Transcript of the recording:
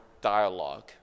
dialogue